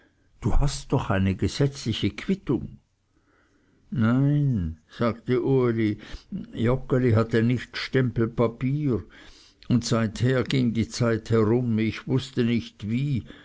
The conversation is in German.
du hast doch eine gesetzliche quittung nein sagte uli joggeli hatte nicht stempelpapier und seither ging die zeit herum ich wußte nicht wie